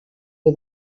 que